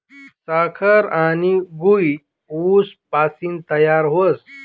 साखर आनी गूय ऊस पाशीन तयार व्हस